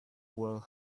world